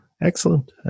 Excellent